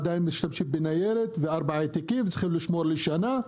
עדיין משתמשים בניירת בארבעה העתקים שצריך לשמור לשנה.